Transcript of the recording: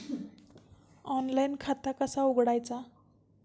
Online खाता कसा उघडायचा?